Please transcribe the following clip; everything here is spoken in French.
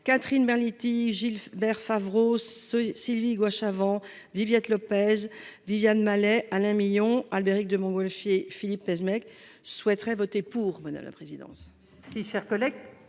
Catherine Berluti Gilbert Favreau se Sylvie gouache avant Viviane Lopez Viviane Malet Alain Millon Albéric de Montgolfier Philippe pèse mec souhaiteraient voter pour mener la présidence. Si cher collègue.